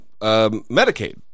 Medicaid